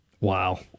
Wow